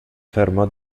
fermò